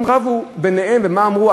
האבנים רבו ביניהן, ומה אמרו?